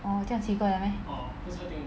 orh 这样奇怪的 meh